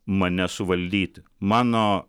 mane suvaldyti mano